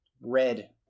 Red